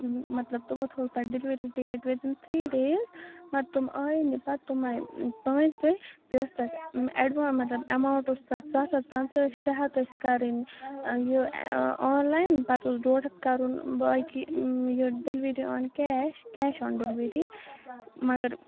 مَطلَب تِمو تھوو تَتہِ delivery date within three days مگر تم آیی نہٕ پَتہٕ تِم آے پانٛژِ دُہۍ بیٚیہِ ٲسۍ تتھ ایٚڈوانس مَطلَب ایماوُنٹ اوس تَتھ سَتھ ہَتھ پَنٛژاہ شےٚ ہتھ ٲسۍ کَرٕنۍ یہِ آنلاین پَتہٕ اوس ڈۄڈ ہتھ کَرُن باقٕے یہِ delivery on cash cash on delivery مگر